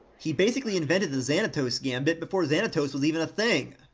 he basically invented the xanatos gambit before xanatos was even a thing.